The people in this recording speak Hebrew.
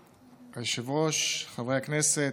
היושב-ראש, חברי הכנסת,